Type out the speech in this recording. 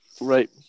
Right